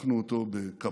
שפתחנו אותו בקבלת